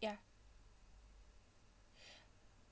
ya